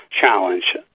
challenge